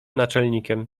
naczelnikiem